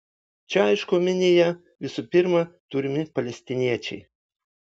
čia aišku omenyje visų pirma turimi palestiniečiai